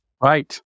right